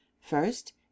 First